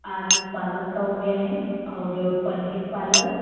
आलू पालक का हो गया है और पनीर पालक